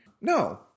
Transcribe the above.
No